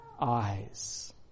eyes